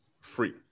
free